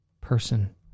person